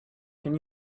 can